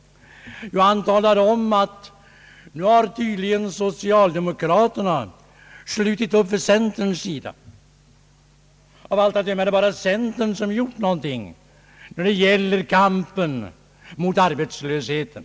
Jo, han talar om att socialdemokraterna nu tydligen har slutit upp vid centerns sida. Av allt att döma är det bara centern som gjort någonting när det gäller kampen mot arbetslösheten.